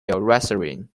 wrestling